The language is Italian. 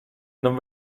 non